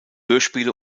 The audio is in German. hörspiele